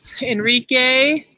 Enrique